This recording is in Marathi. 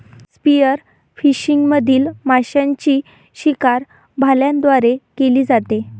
स्पीयरफिशिंग मधील माशांची शिकार भाल्यांद्वारे केली जाते